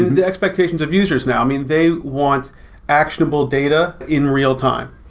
the expectations of users now, i mean, they want actionable data in real time,